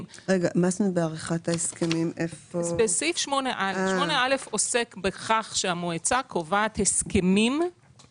בנסיבות הספציפיות של נבצרות מובהקת אני